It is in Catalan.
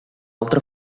altra